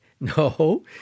No